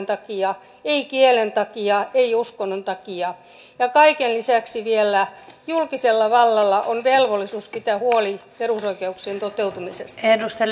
takia ei kielen takia ei uskonnon takia ja kaiken lisäksi vielä julkisella vallalla on velvollisuus pitää huoli perusoikeuksien toteutumisesta